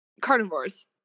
Carnivores